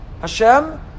Hashem